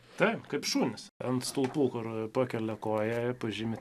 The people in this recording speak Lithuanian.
taip kaip šunys ant stulpų kur pakelia koją ir pažymi